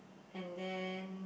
and then